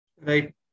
right